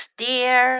dear